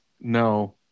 No